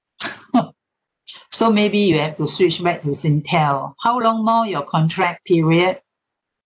so maybe you have to switch back to singtel how long more your contract period